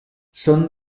son